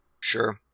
Sure